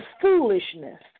foolishness